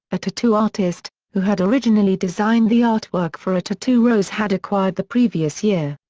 a tattoo artist, who had originally designed the artwork for a tattoo rose had acquired the previous year.